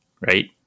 right